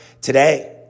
today